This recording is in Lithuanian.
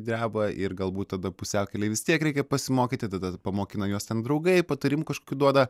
dreba ir galbūt tada pusiaukelėje vis tiek reikia pasimokyti tada pamokina juos ten draugai patarimų kažkokių duoda